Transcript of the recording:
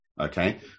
okay